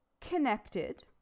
Connected